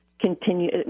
continue